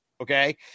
okay